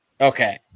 Okay